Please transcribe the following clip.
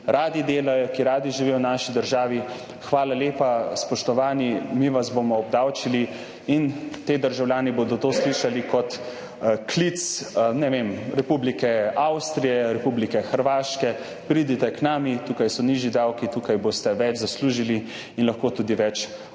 radi delajo, ki radi živijo v naši državi, hvala lepa, spoštovani, mi vas bomo obdavčili. In ti državljani bodo to slišali kot klic, ne vem, Republike Avstrije, Republike Hrvaške, pridite k nam, tukaj so nižji davki, tukaj boste več zaslužili in lahko tudi več potrošili.